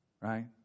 Right